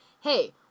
Hey